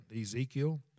Ezekiel